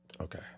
Okay